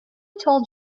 told